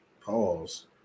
Pause